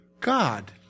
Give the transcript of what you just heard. God